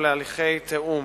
שאם המציעים יסכימו לתיאום